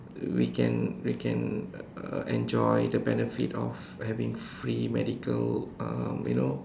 we can we can uh enjoy the benefit of having free medical um you know